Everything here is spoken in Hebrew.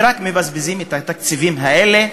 ורק מבזבזים את התקציבים האלה